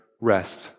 rest